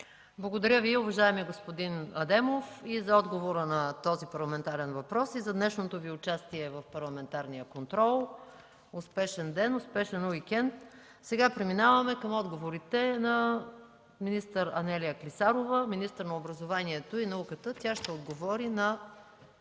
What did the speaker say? Благодаря Ви, уважаеми господин Адемов за отговора на този парламентарен въпрос и за днешното Ви участие в парламентарния контрол. Успешен ден, успешен уикенд. Преминаваме към отговорите на министър Анелия Клисарова – министър на образованието и науката. Тя ще отговори на